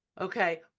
Okay